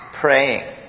praying